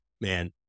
man